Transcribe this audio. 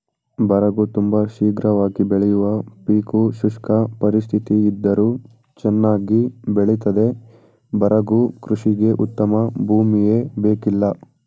ಬರಗು ತುಂಬ ಶೀಘ್ರವಾಗಿ ಬೆಳೆಯುವ ಪೀಕು ಶುಷ್ಕ ಪರಿಸ್ಥಿತಿಯಿದ್ದರೂ ಚನ್ನಾಗಿ ಬೆಳಿತದೆ ಬರಗು ಕೃಷಿಗೆ ಉತ್ತಮ ಭೂಮಿಯೇ ಬೇಕಿಲ್ಲ